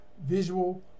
Visual